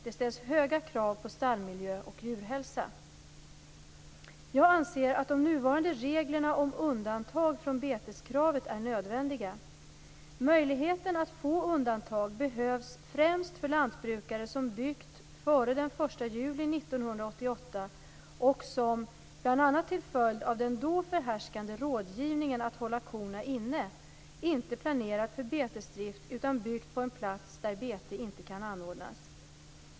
Det ställs höga krav på stallmiljö och djurhälsa. Jag anser att de nuvarande reglerna om undantag från beteskravet är nödvändiga. Möjligheten att få undantag behövs främst för lantbrukare som byggt före den 1 juli 1988 och som, bl.a. till följd av den då förhärskande rådgivningen att hålla korna inne, inte planerat för betesdrift utan byggt på en plats där bete inte kan anordnas.